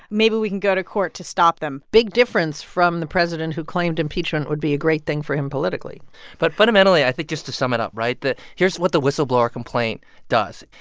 maybe we can go to court to stop them big difference from the president who claimed impeachment would be a great thing for him politically but fundamentally, i think just to sum it up right? the here's what the whistleblower complaint does.